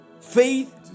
Faith